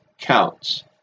counts